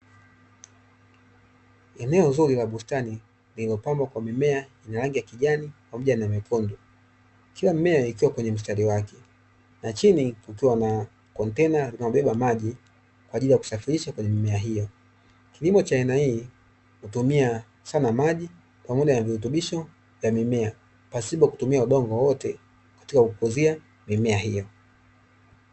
Eneo zuri la bustani iliyopambwa kwa mimea yenye rangi ya kijani, pamoja na nyekundu. Kila mimea ikiwa kwenye mstari wake, na chini kukiwa na kontena linalobeba maji kwa ajili ya kusafirisha kwenye mimea hiyo. Kilimo cha aina hii hutumia sana maji pamoja na virutubisho vya mimea pasipo kutumia udongo wowote katika kukuzia mimea hiyo.